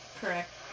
correct